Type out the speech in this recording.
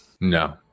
no